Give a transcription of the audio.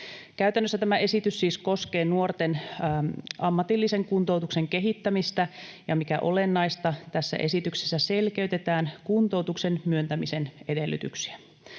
Käytännössä tämä esitys siis koskee nuorten ammatillisen kuntoutuksen kehittämistä, ja mikä olennaista, tässä esityksessä selkeytetään kuntoutuksen myöntämisen edellytyksiä.